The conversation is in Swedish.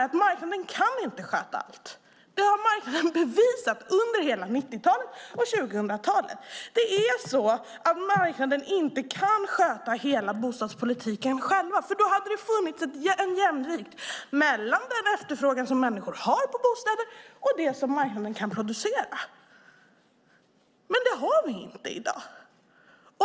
Men marknaden kan ju inte sköta allt. Det har marknaden bevisat under hela 90-talet och under 2000-talet. Marknaden kan inte sköta hela bostadspolitiken själv, för då hade det funnits en jämvikt mellan den efterfrågan som människor har på bostäder och det som marknaden kan producera. Men så är det inte i dag.